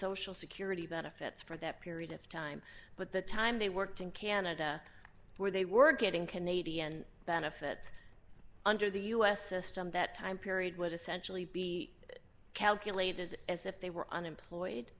social security benefits for that period of time but the time they worked in canada where they were getting canadian benefits under the us system that time period would essentially be calculated as if they were unemployed